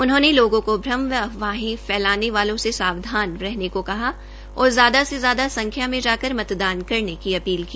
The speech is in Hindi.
उन्होंने लोगों को भ्रम व अफवाहें फैलाने वालों से सावधान रहने को कहा और ज्यादा से ज्यादा संख्या में मतदान करने की अपील की